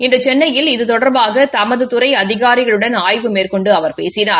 இன்று சென்னையில் இது தொடர்பாக தமது துறை அதிகாரிகளுடன் ஆய்வு மேற்கொண்டு அவர் பேசினார்